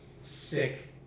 sick